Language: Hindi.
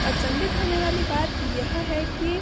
अचंभित होने वाली बात यह है कि